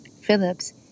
Phillips